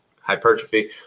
hypertrophy